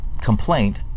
complaint